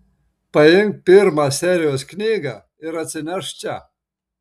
paimk pirmą serijos knygą ir atsinešk čia